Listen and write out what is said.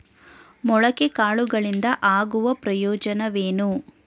ಮೊಳಕೆ ಕಾಳುಗಳಿಂದ ಆಗುವ ಪ್ರಯೋಜನವೇನು?